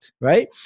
right